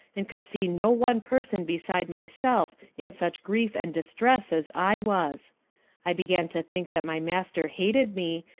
and could see no one person beside myself in such grief and distress as i was i began to think that my master hated me,